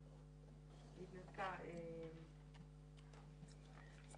להגדיל את כמות הפסיכולוגים החינוכיים זה לא אצלכם.